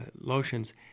lotions